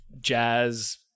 jazz